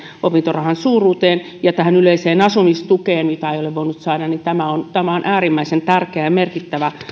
opintorahan suuruuteen ja yleiseen asumistukeen mitä ei ole voinut saada ja tämä on äärimmäisen tärkeä ja merkittävä